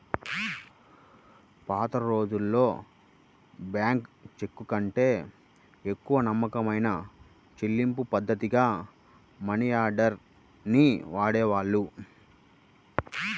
పాతరోజుల్లో బ్యేంకు చెక్కుకంటే ఎక్కువ నమ్మకమైన చెల్లింపుపద్ధతిగా మనియార్డర్ ని వాడేవాళ్ళు